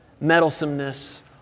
meddlesomeness